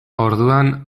orduan